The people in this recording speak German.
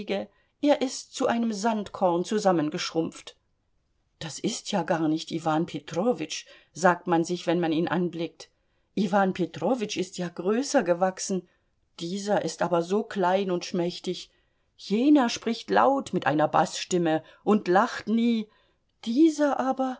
er ist zu einem sandkorn zusammengeschrumpft das ist ja gar nicht iwan petrowitsch sagt man sich wenn man ihn anblickt iwan petrowitsch ist ja größer gewachsen dieser ist aber so klein und schmächtig jener spricht laut mit einer baßstimme und lacht nie dieser aber